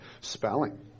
Spelling